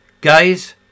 Guys